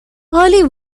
early